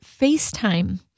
FaceTime